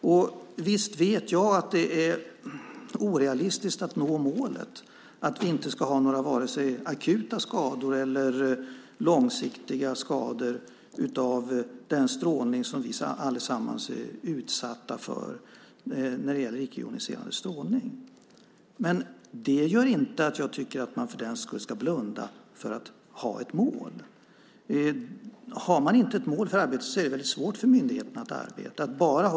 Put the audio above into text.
Och visst vet jag att det är orealistiskt att nå målet om att vi inte ska ha vare sig akuta skador eller långsiktiga skador av den icke-joniserande strålning som vi allesammans är utsatta för. Men för den skull ska man inte blunda för att ha ett mål. Om man inte har ett mål för arbetet utan bara ska ha i uppgift att följa forskningen blir det väldigt svårt för myndigheten att arbeta.